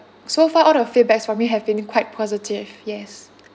so far all of feedbacks from me have been quite positive yes